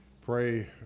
pray